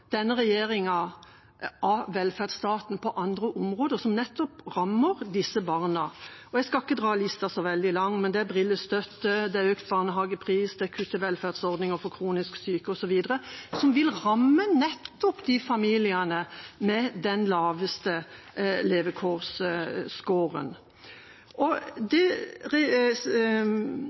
denne regjeringa av velferdsstaten på andre områder, noe som nettopp rammer disse barna. Jeg skal ikke lage lista så veldig lang, men det er brillestøtte, det er økt barnehagepris, det er å kutte velferdsordninger for kronisk syke osv., som nettopp vil ramme familiene med den laveste